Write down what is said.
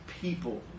people